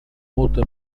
molto